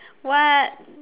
what